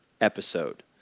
episode